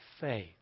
faith